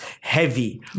heavy